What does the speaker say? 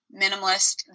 minimalist